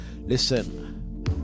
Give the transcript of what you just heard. Listen